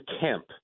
Kemp